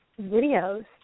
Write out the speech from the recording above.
videos